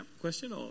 question